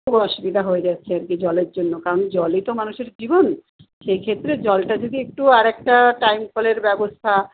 খুব অসুবিধা হয়ে যাচ্ছে আর কি জলের জন্য কারণ জলই তো মানুষের জীবন সেই ক্ষেত্রে জলটা যদি একটু আর একটা টাইম কলের ব্যবস্থা